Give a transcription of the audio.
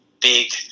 big